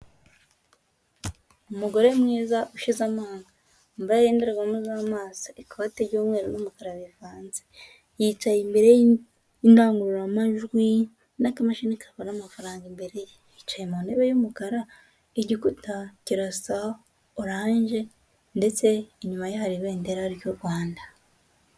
Umugore mwiza ushize amangaba wambaye indorerwamo z'amaso, ikote ry'umweru n'umukara bivanze. Yicaye imbere y'indangururamajwi n'akamashini kabara amafaranga imbere ye. Yicaye mu ntebe y'umukara, igikuta gisa oranje, ndetse inyuma ye hari ibendera ry'u Rwanda.